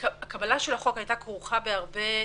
שקבלת החוק הייתה כרוכה בהרבה פקפוק,